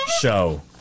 show